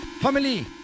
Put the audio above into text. family